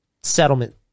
settlement